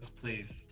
please